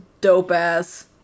dope-ass